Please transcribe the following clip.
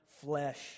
flesh